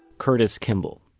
curtis kimball